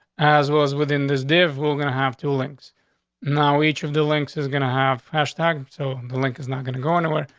as was within this day. if we're gonna have to links now, each of the links is gonna have hashtag so the link is not gonna go anywhere.